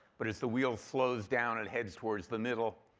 but as the wheel slows down and heads towards the middle,